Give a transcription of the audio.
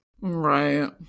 Right